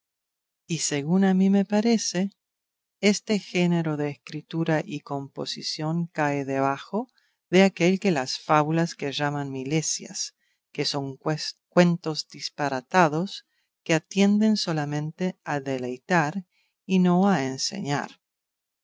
y según a mí me parece este género de escritura y composición cae debajo de aquel de las fábulas que llaman milesias que son cuentos disparatados que atienden solamente a deleitar y no a enseñar